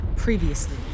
Previously